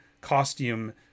costume